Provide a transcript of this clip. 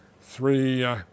three